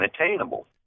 unattainable